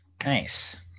Nice